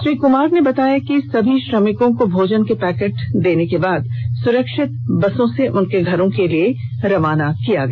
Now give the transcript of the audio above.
श्री कुमार ने बताया कि सभी श्रमिकों को भोजन का पैकेट देने के बाद सुरक्षित बसों से उनके घरों के लिए रवाना किया गया